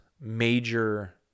major